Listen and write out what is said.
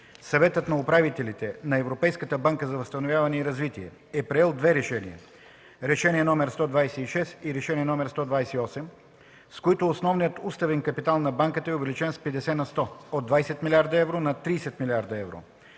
Съветът на управителите на Европейската банка за възстановяване и развитие е приел две решения – Решение № 126 и Решение № 128, с които основният уставен капитал на банката е увеличен с 50 на сто – от 20 милиарда евро на 30 милиарда евро.